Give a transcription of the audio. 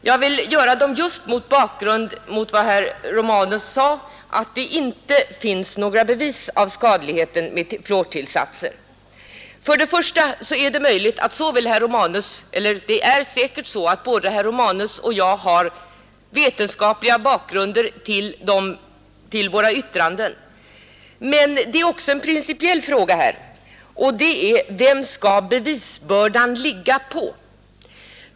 Jag vill göra den just mot bakgrunden av herr Romanus” påstående att det inte finns några bevis om fluortillsatsernas skadlighet. Det är säkert så att både herr Romanus och jag har vetenskaplig bakgrund till våra yttranden, men det finns också en principiell fråga, och den är: Vem skall bevisbördan ligga på?